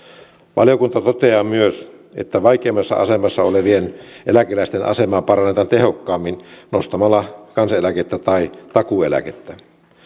valiokunta toteaa myös että vaikeimmassa asemassa olevien eläkeläisten asemaa parannetaan tehokkaammin nostamalla kansaneläkettä tai takuueläkettä